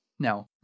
Now